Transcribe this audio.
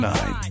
Nine